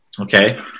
Okay